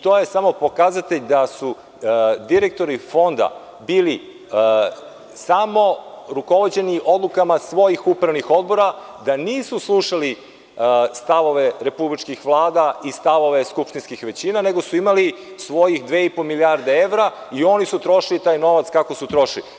To je samo pokazatelj da su direktori Fonda bili samo rukovođeni odlukama svojih upravnih odbora, da nisu slušali stavove republičkih vlada i stavove skupštinskih većina, nego su imali svojih dve i po milijarde evra i oni su trošili taj novac kako su trošili.